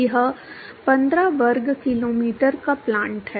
यह 15 वर्ग किलोमीटर का प्लांट है